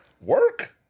work